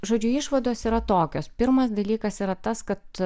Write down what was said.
žodžiu išvados yra tokios pirmas dalykas yra tas kad